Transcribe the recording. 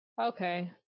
okay